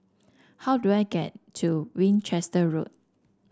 how do I get to Winchester Road